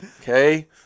Okay